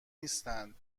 نیستند